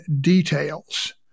details